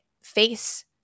face